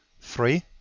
three